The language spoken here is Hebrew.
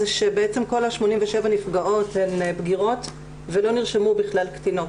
זה שבעצם כל ה-87 נפגעות הן בגירות ולא נרשמו בכלל קטינות.